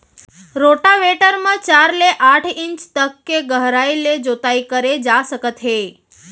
rotavator म चार ले आठ इंच तक के गहराई ले जोताई करे जा सकत हे